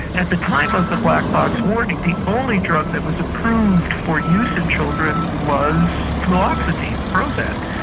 at the time of the black box warning, the only drug that was approved for use in children was fluoxetine, prozac,